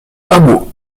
hameau